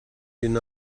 deny